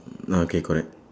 mm okay correct